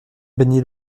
béni